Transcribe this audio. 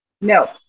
No